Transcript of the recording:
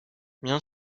bien